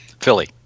Philly